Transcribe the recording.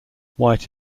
white